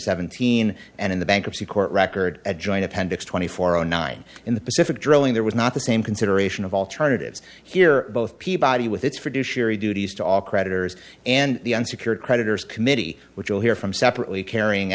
seventeen and in the bankruptcy court record a joint appendix twenty four zero nine in the pacific drilling there was not the same consideration of alternatives here both peabody with it's for do sherry duties to all creditors and the unsecured creditors committee which will hear from separately carrying